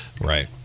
Right